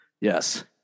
Yes